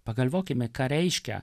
pagalvokime ką reiškia